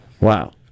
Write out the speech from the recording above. Wow